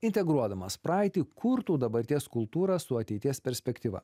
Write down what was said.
integruodamas praeitį kurtų dabarties kultūrą su ateities perspektyva